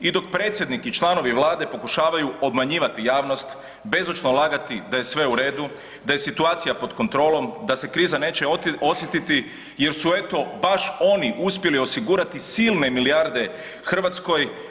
I dok predsjednik i članovi Vlade pokušavaju obmanjivati javnost, bezočno lagati da je sve u redu, da je situacija pod kontrolom, da se kriza neće osjetiti jer su eto baš oni uspjeli osigurati silne milijarde Hrvatskoj.